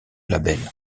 label